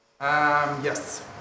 Yes